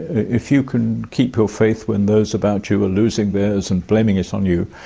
if you can keep your faith when those about you are losing theirs and blaming it on you.